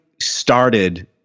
started